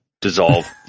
dissolve